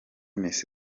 misi